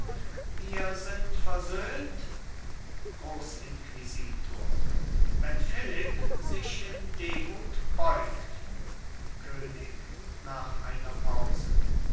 wir sind versöhnt grossinquisitor wenn philipp sich in demut beugt könig nach einer pause